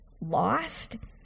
lost